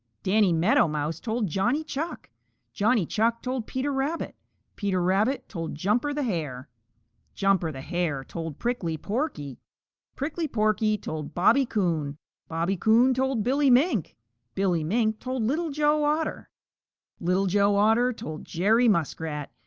danny meadow mouse told johnny chuck johnny chuck told peter rabbit peter rabbit told jumper the hare jumper the hare told prickly porky prickly porky told bobby coon bobby coon told billy mink billy mink told little joe otter little joe otter told jerry muskrat,